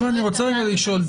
אני רוצה רגע לשאול,